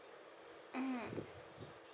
mm